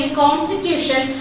constitution